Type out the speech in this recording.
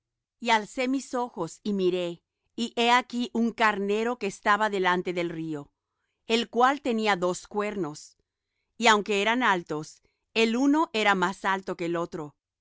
y alcé mis ojos y miré y he aquí un carnero que estaba delante del río el cual tenía dos cuernos y aunque eran altos el uno era más alto que el otro